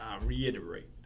reiterate